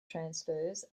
transfers